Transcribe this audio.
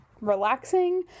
relaxing